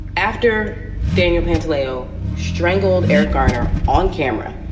after daniel pantaleo strangled eric garner on camera.